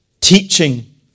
teaching